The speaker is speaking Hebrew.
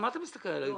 למה אתה מסתכל עליי ככה?